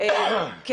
תודה רבה.